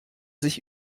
sich